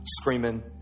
screaming